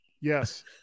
Yes